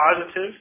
positive